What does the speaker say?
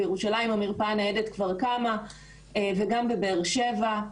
בירושלים המרפאה הניידת כבר קמה, וגם בבאר שבע.